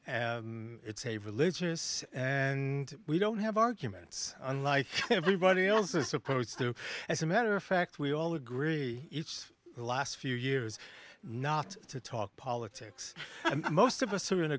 and it's a religious and we don't have arguments on life everybody else is supposed to as a matter of fact we all agree it's the last few years not to talk politics most of us are in